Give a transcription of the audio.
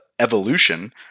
evolution